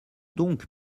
donc